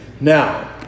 Now